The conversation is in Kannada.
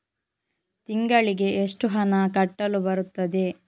ತಿಂಗಳಿಗೆ ಎಷ್ಟು ಹಣ ಕಟ್ಟಲು ಬರುತ್ತದೆ?